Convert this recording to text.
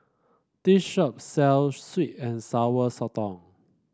this shop sells sweet and Sour Sotong